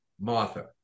Martha